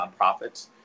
nonprofits